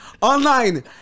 online